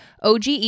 OGE